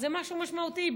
זה משהו משמעותי,